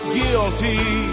guilty